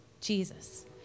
Jesus